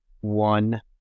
one